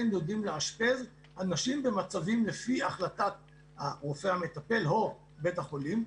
כן יודעים לאשפז אנשים במצבים לפי החלטת הרופא המטפל או בית החולים,